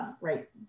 right